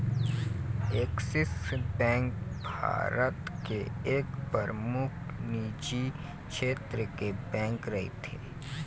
Axis bank Bharat के एक परमुख निजी छेत्र के बेंक हरय